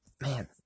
man